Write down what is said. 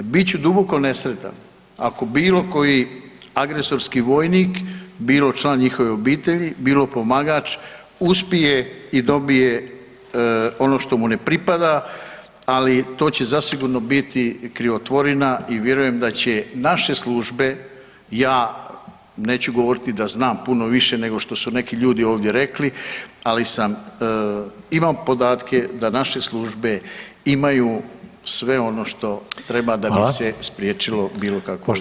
Bit ću duboko nesretan ako bilo koji agresorski vojnik bilo član njihove obitelji, bilo pomagač uspije i dobije ono što mu ne pripada, ali to će zasigurno biti krivotvorina i vjerujem da će naše službe ja neću govoriti da znam puno više nego što su neki ljudi ovdje rekli, ali imam podatke da naše službe imaju sve ono što treba da bi se spriječila bilo kakva zlouporaba.